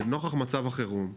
לנוכח מצב החירום,